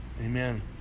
Amen